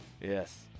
Yes